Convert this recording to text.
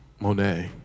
Monet